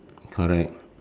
correct